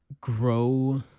grow